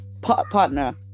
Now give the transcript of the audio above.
partner